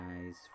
guys